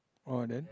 oh and then